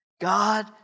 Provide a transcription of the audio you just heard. God